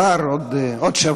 לא מחר, עוד, עוד שבוע.